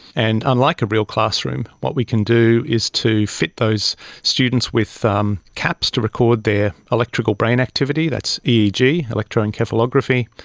and unlike a real classroom, what we can do is to fit those students with um caps to record their electrical brain activity, that's eeg, electroencephalography.